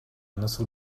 nasıl